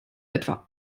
etwa